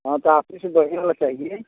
हाँ तो ऑफिस में बढिया वाला चाहिए